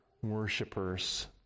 Worshippers